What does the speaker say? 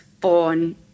born